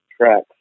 tracks